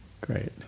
Great